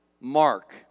Mark